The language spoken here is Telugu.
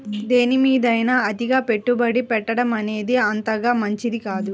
దేనిమీదైనా అతిగా పెట్టుబడి పెట్టడమనేది అంతగా మంచిది కాదు